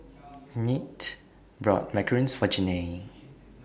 Kinte bought Macarons For Janae